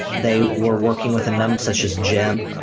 they were working with and um such as jim.